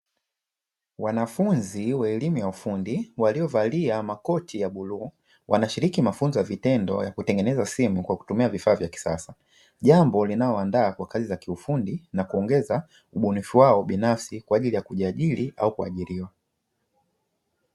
Wanafunzi wa elimu ya ufundi waliovalia makoti ya bluu, wanashiriki mafunzo ya vitendo ya kutengeneza simu kwa kutumia vifaa vya kisasa. Jambo linalowandaa kwa kazi za kiufundi na kuongeza ubunifu wao binafsi kwa ajili ya kujiajiri au kuajiriwa.